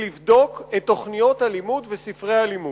היא לבדוק את תוכניות הלימוד וספרי הלימוד.